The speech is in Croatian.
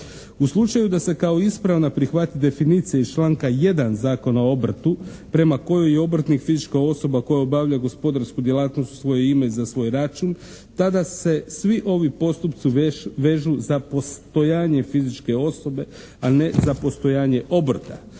U slučaju da se kao ispravna prihvati definicija iz članka 1. Zakona o obrtu prema kojoj je obrtnik fizička osoba koja obavlja gospodarsku djelatnost u svoje ime i za svoj račun tada se svi ovi postupci vežu za postojanje fizičke osobe, a ne za postojanje obrta.